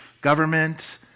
government